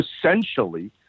essentially